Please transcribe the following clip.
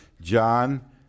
John